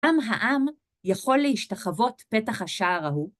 עם העם יכול להשתחוות פתח השער ההוא?